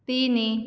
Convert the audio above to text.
ତିନି